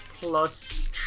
plus